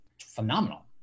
phenomenal